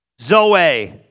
Zoe